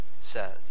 says